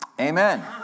Amen